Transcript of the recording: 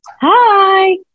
Hi